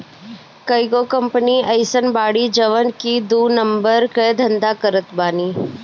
कईगो कंपनी अइसन बाड़ी जवन की दू नंबर कअ धंधा करत बानी